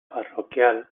parroquial